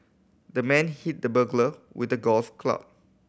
the man hit the burglar with the golf club